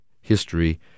history